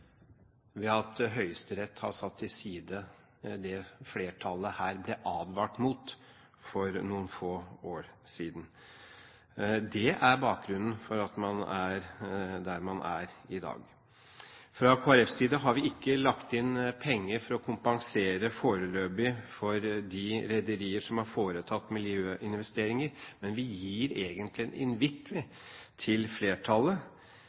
ved at Høyesterett har satt til side det flertallet her ble advart mot for noen få år siden. Det er bakgrunnen for at man er der man er i dag. Fra Kristelig Folkepartis side har vi ikke lagt inn penger for å kompensere foreløpig for de rederier som har foretatt miljøinvesteringer, men vi gir egentlig en invitt til flertallet